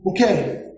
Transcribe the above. okay